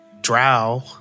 drow